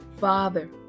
Father